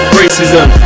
racism